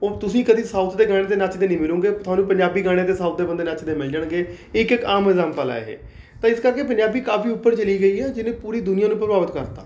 ਹੁਣ ਤੁਸੀਂ ਕਦੇ ਸਾਊਥ ਦੇ ਗਾਣਿਆਂ 'ਤੇ ਨੱਚਦੇ ਨਹੀਂ ਮਿਲੋਗੇ ਤੁਹਾਨੂੰ ਪੰਜਾਬੀ ਗਾਣਿਆਂ 'ਤੇ ਸਾਊਥ ਦੇ ਬੰਦੇ ਨੱਚਦੇ ਮਿਲ ਜਾਣਗੇ ਇੱਕ ਇੱਕ ਆਮ ਇੰਗਜ਼ਾਮਪਲ ਆ ਇਹ ਅਤੇ ਇਸ ਕਰਕੇ ਪੰਜਾਬੀ ਕਾਫ਼ੀ ਉੱਪਰ ਚਲੇ ਗਈ ਹੈ ਜਿਹਨੇ ਪੂਰੀ ਦੁਨੀਆਂ ਨੂੰ ਪ੍ਰਭਾਵਿਤ ਕਰਤਾ